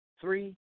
three